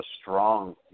strong –